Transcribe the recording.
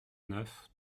neuf